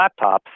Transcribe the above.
laptops